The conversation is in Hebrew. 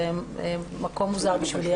זה מקום מוזר בשבילי.